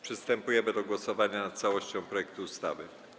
Przystępujemy do głosowania nad całością projektu ustawy.